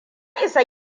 isa